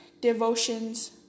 devotions